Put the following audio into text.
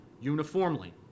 uniformly